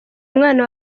umwana